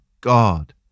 God